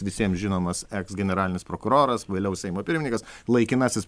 visiems žinomas eks generalinis prokuroras vėliau seimo pirmininkas laikinasis